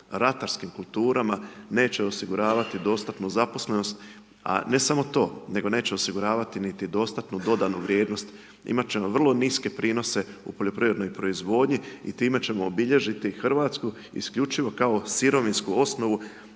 ratarskim kulturama, neće osiguravati dostatnu zaposlenost a ne samo to, nego neće osiguravati niti dostatnu dodanu vrijednost, imat ćemo vrlo niske prinose u poljoprivrednoj proizvodnji i time ćemo obilježiti Hrvatsku isključivo kao sirovinsku osnovu